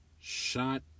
shot